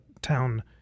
town